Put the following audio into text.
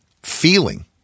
Feeling